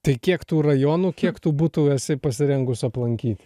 tai kiek tų rajonų kiek tų butų esi pasirengus aplankyt